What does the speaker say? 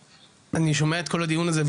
אני שומע את כל הדיון הזה,